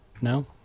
No